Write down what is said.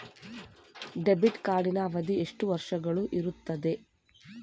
Debit ಕಾರ್ಡಿನ ಅವಧಿ ಎಷ್ಟು ವರ್ಷಗಳು ಇರುತ್ತದೆ?